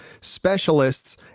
specialists